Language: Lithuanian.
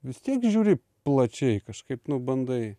vis tiek žiūri plačiai kažkaip nu bandai